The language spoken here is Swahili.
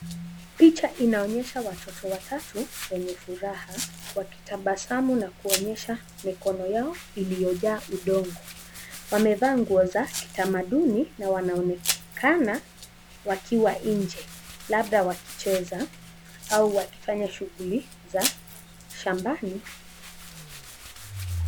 Picha inaonyesha watoto watatu wenye furaha ,wakitabasamu na wakionyesha mikono yao iliyojaa udongo. Wamevaa nguo za kitamaduni na wanaonekana wakiwa labda wakicheza au wakifanya shughuli za shambani